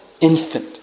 infant